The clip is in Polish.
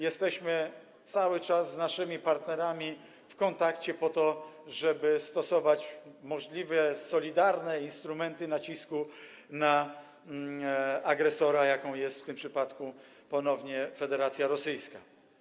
Jesteśmy cały czas z naszymi partnerami w kontakcie, po to żeby stosować możliwie solidarne instrumenty nacisku na agresora, jakim jest w tym przypadku ponownie Federacja Rosyjska.